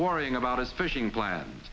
worrying about his fishing plans